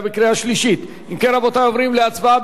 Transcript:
אם כן, רבותי, עוברים להצבעה בקריאה שלישית.